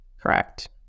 Correct